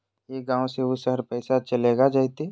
ई गांव से ऊ शहर पैसा चलेगा जयते?